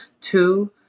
Two